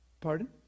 Pardon